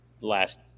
last